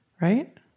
Right